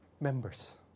members